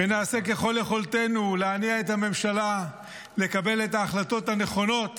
ונעשה ככל יכולתנו להניע את הממשלה לקבל את ההחלטות הנכונות